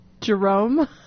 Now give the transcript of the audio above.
Jerome